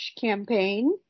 campaign